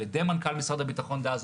על ידי מנכ"ל משרד הביטחון דאז,